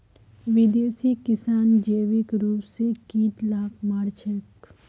विदेशी किसान जैविक रूप स कीट लाक मार छेक